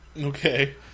Okay